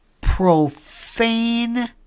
profane